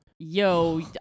yo